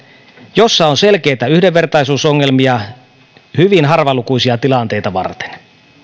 jossa on selkeitä yhdenvertaisuusongelmia hyvin harvalukuisia tilanteita varten